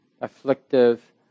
afflictive